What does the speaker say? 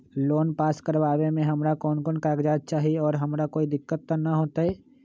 Loan pass करवावे में हमरा कौन कौन कागजात चाही और हमरा कोई दिक्कत त ना होतई?